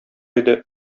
иде